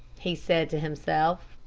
he said to himself.